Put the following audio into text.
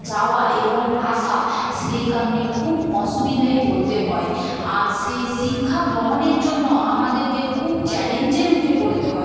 যাওয়া এবং আসা সেই কারণে খুব অসুবিধায় পড়তে হয় আর সেই শিক্ষা গ্রহণের জন্য আমাদেরকে খুব চ্যালেঞ্জের মুখে পড়তে হয়